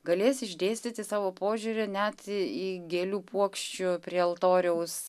galės išdėstyti savo požiūrį net į gėlių puokščių prie altoriaus